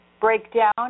breakdown